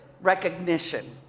recognition